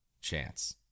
chance